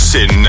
Sin